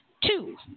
Two